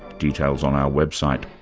details on our website.